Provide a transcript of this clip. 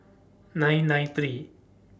nine nine three